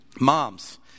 moms